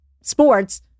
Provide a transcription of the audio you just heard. sports